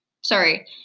Sorry